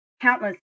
countless